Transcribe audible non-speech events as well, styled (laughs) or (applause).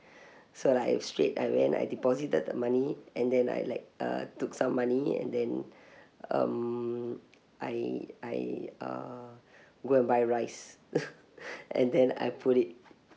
(breath) so like I straight I went I deposited the money and then I like uh took some money and then (breath) um I I uh (breath) go and buy rice (laughs) and then I put it